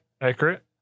Accurate